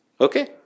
Okay